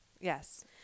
Yes